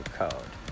code